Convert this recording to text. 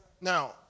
Now